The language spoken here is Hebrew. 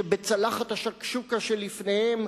שבצלחת השקשוקה שלפניהם,